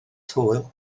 hwyl